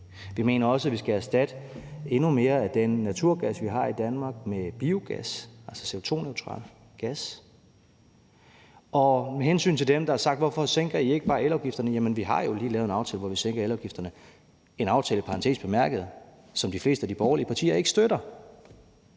Vi mener også, at vi skal erstatte endnu mere af den naturgas, vi har i Danmark, med biogas – altså CO2-neutral gas. Med hensyn til dem, der har sagt, hvorfor vi ikke bare sænker elafgifterne, kan jeg sige, at vi jo lige har lavet en aftale, hvor vi sænkede elafgifterne; en aftale – i parentes bemærket – som de fleste af de borgerlige partier i parentes